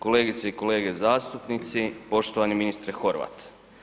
Kolegice i kolege zastupnici, poštovani ministre Horvat.